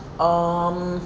um